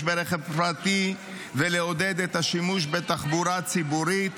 ברכב פרטי ולעודד את השימוש בתחבורה ציבורית,